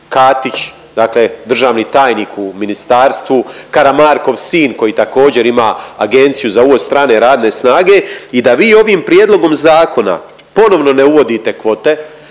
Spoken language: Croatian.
Katić, dakle državni tajnik u ministarstvu, Karamarkov sin koji također ima agenciju za uvoz strane radne snage i da vi ovim prijedlogom zakona ponovno ne uvodite kvote,